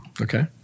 Okay